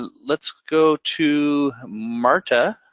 let's go to marta